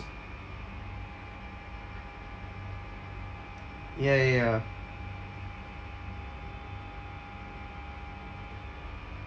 ya ya ya